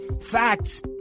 facts